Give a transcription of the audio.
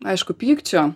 aišku pykčio